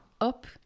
up